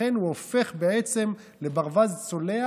ולכן הוא הופך בעצם לברווז צולע